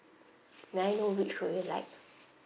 may I know which would you like